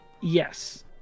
Yes